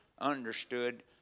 understood